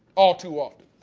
all too often.